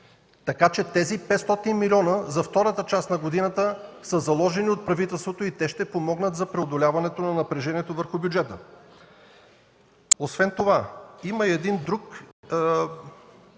Така че тези 500 милиона за втората част на година са заложени от правителството и те ще помогнат за преодоляване на напрежението върху бюджета. Освен това, има един друг